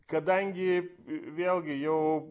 kadangi vėlgi jau